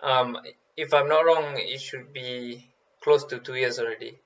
um if I'm not wrong it should be close to two years already